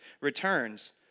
returns